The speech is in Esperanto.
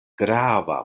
grava